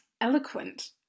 eloquent